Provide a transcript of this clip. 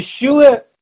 Yeshua